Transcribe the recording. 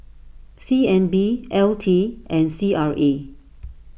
C N B L T and C R A